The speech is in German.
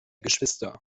geschwister